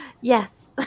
yes